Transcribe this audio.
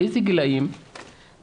באיזה גילאים בעיקר הבנים?